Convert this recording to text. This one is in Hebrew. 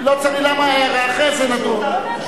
למה הערה, אחרי זה נדון.